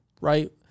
right